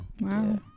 Wow